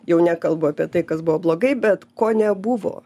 jau nekalbu apie tai kas buvo blogai bet ko nebuvo